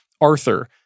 Arthur